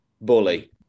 Bully